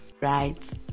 right